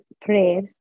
prayer